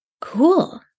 cool